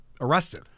arrested